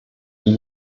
die